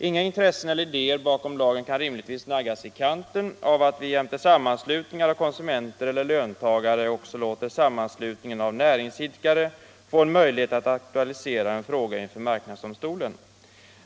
Inga in — gen tressen eller idéer bakom lagen kan rimligtvis naggas i kanten av att vi jämte sammanslutning av konsumenter eller löntagare också låter sammanslutning av näringsidkare få möjlighet att aktualisera en fråga inför marknadsdomstolen.